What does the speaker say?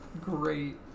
great